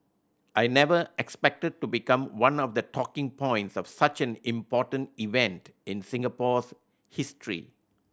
I never expected to become one of the talking points of such an important event in Singapore's history